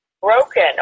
broken